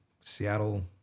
Seattle